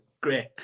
great